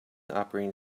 operating